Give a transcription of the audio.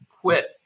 quit